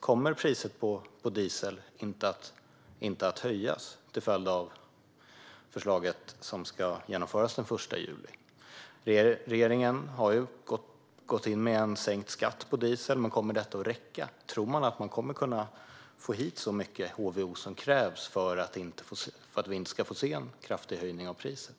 Kommer priset på diesel inte att höjas till följd av det förslag som ska genomföras den 1 juli? Regeringen har gått in med sänkt skatt på diesel, men kommer det att räcka? Tror man att man kommer att kunna få hit så mycket HVO som krävs för att vi inte ska få se en kraftig höjning av priset?